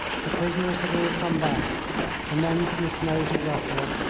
the prisoners had all come back the men from the snows of russia,